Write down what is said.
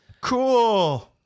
Cool